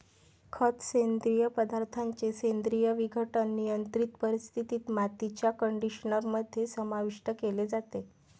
खत, सेंद्रिय पदार्थांचे सेंद्रिय विघटन, नियंत्रित परिस्थितीत, मातीच्या कंडिशनर मध्ये समाविष्ट केले जाते